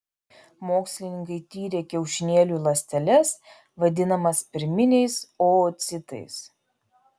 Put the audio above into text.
mokslininkai tyrė kiaušinėlių ląsteles vadinamas pirminiais oocitais